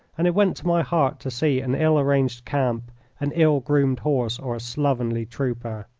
and it went to my heart to see an ill-arranged camp, an ill-groomed horse, or a slovenly trooper.